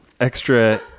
extra